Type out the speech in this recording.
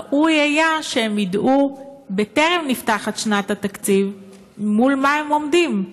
ראוי היה שידעו בטרם נפתחת שנת התקציב מול מה הם עומדים.